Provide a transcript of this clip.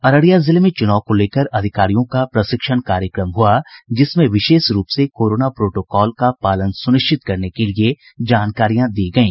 अररिया जिले में चुनाव को लेकर अधिकारियों का प्रशिक्षण कार्यक्रम हुआ जिसमें विशेष रूप से कोरोना प्रोटोकॉल का पालन सुनिश्चित करने के लिये जानकारियां दी गयी